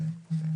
כן.